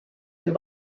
dem